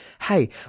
Hey